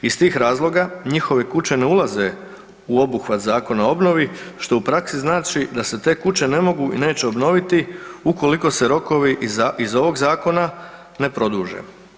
Iz tih razloga njihove kuće ne ulaze u obuhvat Zakona o obnovi što u praksi znači da se te kuće ne mogu i neće obnoviti ukoliko se rokovi iz ovog zakona ne produže.